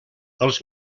els